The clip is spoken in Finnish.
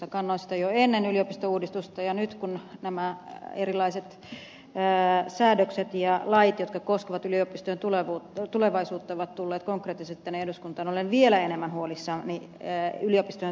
kannoin sitä jo ennen yliopistouudistusta ja nyt kun nämä erilaiset säädökset ja lait jotka koskevat yliopistojen tulevaisuutta ovat tulleet konkreettisesti tänne eduskuntaan olen vielä enemmän huolissani yliopistojen tulevaisuudesta